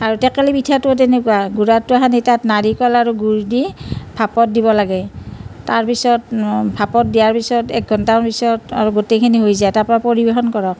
আৰু টেকেলী পিঠাটোও তেনেকুৱা পিঠাটো সানি তাত নাৰিকল আৰু গুড় দি ভাপত দিব লাগে তাৰ পিছত ভাপত দিয়াৰ পিছত এক ঘণ্টামান পিছত গোটেইখিনি হৈ যায় তাৰ পৰা পৰিৱেশন কৰক